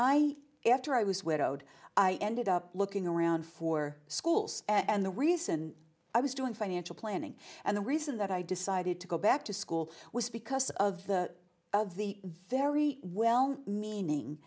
i after i was widowed i ended up looking around for schools and the reason i was doing financial planning and the reason that i decided to go back to school was because of the the very well meaning